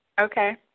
okay